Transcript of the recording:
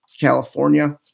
California